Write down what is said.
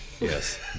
Yes